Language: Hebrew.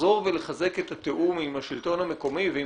לחזור ולחזק את התיאום עם השלטון המקומי ועם